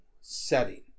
setting